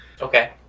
Okay